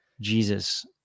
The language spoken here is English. Jesus